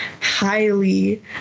highly